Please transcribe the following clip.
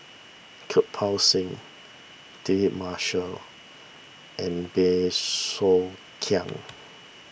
Kirpal Singh David Marshall and Bey Soo Khiang